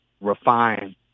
refine